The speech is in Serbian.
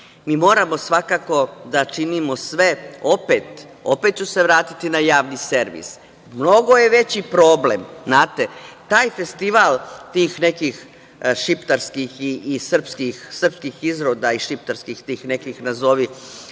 moramo svakako da činimo sve, opet ću se vratiti na javni servis, mnogo je veći problem, znate, taj festival tih nekih šiptarskih i srpskih izroda, i tih nekih šiptarskih nazovi